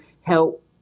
help